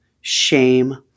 shame